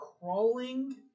crawling